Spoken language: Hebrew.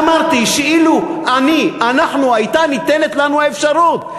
אמרתי שאילו אני, אנחנו הייתה ניתנת לנו האפשרות.